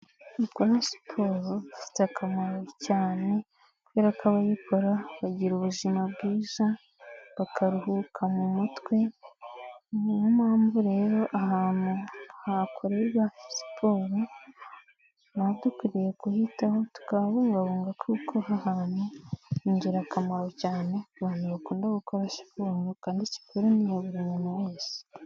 Gukora siporo bifite akamaro cyane, kuberara ko abayikora bagira ubuzima bwiza, bakaruhuka mu mutwe, niyo mpamvu rero ahantu hakorerwa siporo tuba dukwiriye kuhitaho tukabungabunga, kuko aho hantu ni ingirakamaro cyane ku bantu bakunda gukora siporo, kandi kuri buri muntu wese.